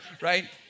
right